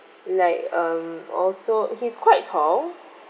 like um also he's quite tall